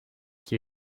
qui